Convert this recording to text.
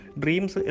dreams